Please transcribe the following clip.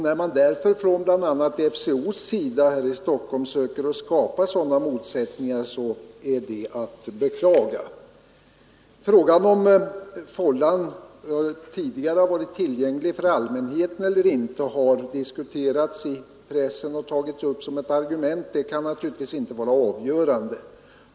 När man därför från bl.a. FCO här i Stockholm söker skapa sådana motsättningar, är det att beklaga. Frågan om huruvida Fållan tidigare varit tillgänglig för allmänheten eller inte har diskuterats i pressen och tagits upp såsom ett argument. Det kan naturligtvis inte vara avgörande.